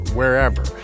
wherever